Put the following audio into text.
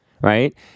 right